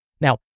Now